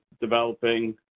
developing